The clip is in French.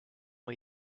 ont